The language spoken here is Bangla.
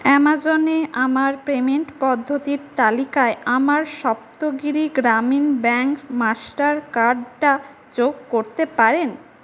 অ্যামাজনে আমার পেমেন্ট পদ্ধতির তালিকায় আমার সপ্তগিরি গ্রামীণ ব্যাংক মাস্টার কার্ডটা যোগ করতে পারেন